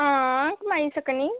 हां सनाई सकनी